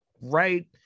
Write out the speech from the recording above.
right